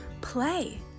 play